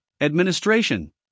administration